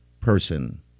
person